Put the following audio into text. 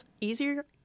easier